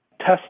test